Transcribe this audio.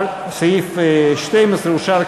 הסתייגות 43 לסעיף 12 לא התקבלה.